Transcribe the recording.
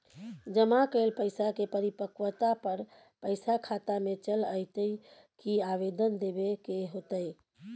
जमा कैल पैसा के परिपक्वता पर पैसा खाता में चल अयतै की आवेदन देबे के होतै?